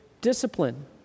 discipline